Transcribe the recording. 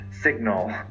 signal